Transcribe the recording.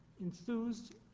enthused